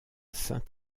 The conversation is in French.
saint